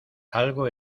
algo